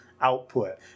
output